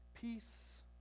peace